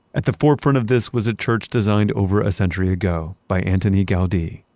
at the forefront of this was a church designed over a century ago by antoni gaudi.